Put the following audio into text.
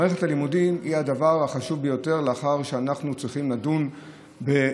מערכת הלימודים היא הדבר החשוב ביותר שאנחנו צריכים לדון בו,